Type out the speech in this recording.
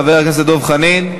חבר הכנסת דב חנין,